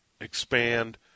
expand